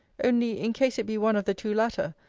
only, in case it be one of the two latter,